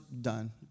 done